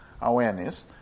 awareness